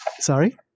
sorry